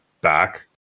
back